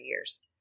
years